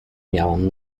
miałam